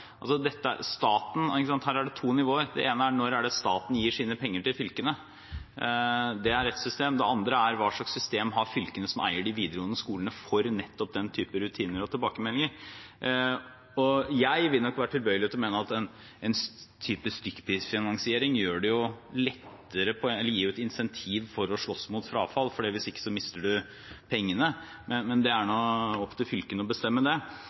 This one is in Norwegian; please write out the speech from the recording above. når staten gir sine penger til fylkene, det er ett system, og det andre er hva slags system fylkene som eier de videregående skolene, har for nettopp den typen rutiner og tilbakemeldinger. Jeg vil nok være tilbøyelig til å mene at en type stykkprisfinansiering gir et incentiv for å slåss mot frafall, for ellers mister man pengene, men det er opptil fylkene å bestemme det.